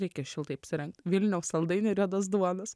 reikia šiltai apsirengt vilniaus saldainių ir juodos duonos